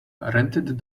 rented